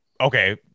okay